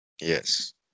Yes